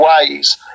ways